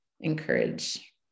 encourage